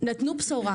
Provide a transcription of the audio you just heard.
נתנו בשורה.